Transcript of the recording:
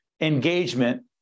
engagement